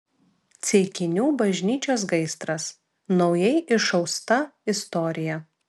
ceikinių bažnyčios gaisras naujai išausta istorija